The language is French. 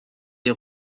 des